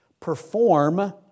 perform